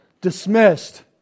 Dismissed